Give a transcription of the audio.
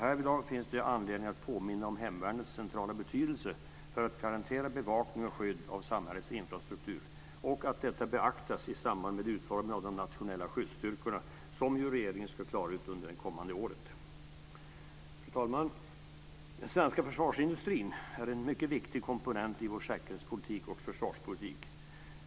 Härvidlag finns det anledning att påminna om hemvärnets centrala betydelse för att garantera bevakning och skydd av samhällets infrastruktur och att detta beaktas i samband med utformningen av de nationella skyddsstyrkorna som ju regeringen ska klara ut under det kommande året. Fru talman! Den svenska försvarsindustrin är en mycket viktig komponent i vår säkerhetspolitik och försvarspolitik.